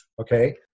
Okay